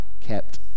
kept